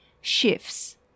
shifts